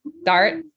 start